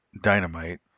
Dynamite